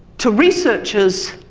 to researchers,